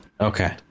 Okay